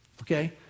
Okay